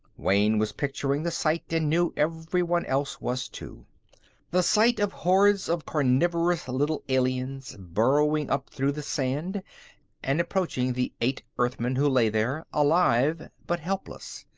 wayne was picturing the sight, and knew everyone else was, too the sight of hordes of carnivorous little aliens burrowing up through the sand and approaching the eight earthmen who lay there, alive but helpless.